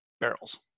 Barrels